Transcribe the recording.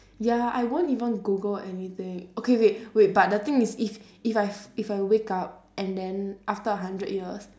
ya I won't even google anything okay wait wait but the thing is if if I've if I wake up and then after a hundred years